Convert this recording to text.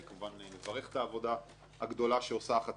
ואני כמובן מברך את העבודה הגדולה שעושה החטיבה,